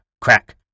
Crack